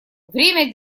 время